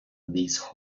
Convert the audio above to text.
these